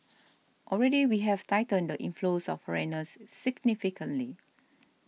already we have tightened the inflows of foreigners significantly